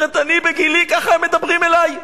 אומרת: אני בגילי, ככה הם מדברים אלי?